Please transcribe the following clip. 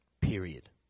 Period